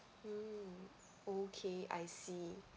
mm okay I see